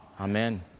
Amen